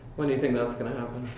when do you think that's gonna